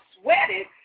sweated